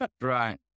Right